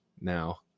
Now